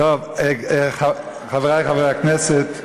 חברי חברי הכנסת,